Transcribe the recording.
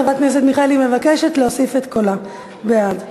חברת הכנסת מיכאלי מוסיפה קול בעד.